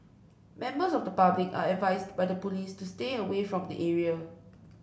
members of the public are advised by the police to stay away from the area